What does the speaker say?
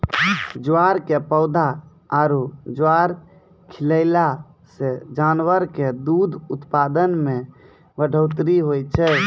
ज्वार के पौधा आरो ज्वार खिलैला सॅ जानवर के दूध उत्पादन मॅ बढ़ोतरी होय छै